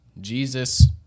Jesus